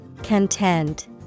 Content